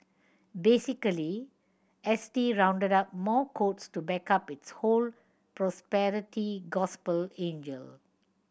basically S T rounded up more quotes to back up its whole prosperity gospel angle